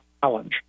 challenge